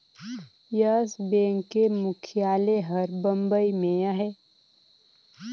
yes Bank के मुख्यालय हर बंबई में अहे